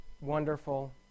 wonderful